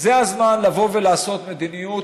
זה הזמן לבוא ולעשות מדיניות